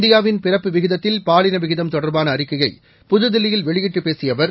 இந்தியாவின் பிறப்பு விகிதத்தில் பாலின விகிதம் தொடர்பான அறிக்கையை புதுதில்லியில் வெளியிட்டுப் பேசிய அவர்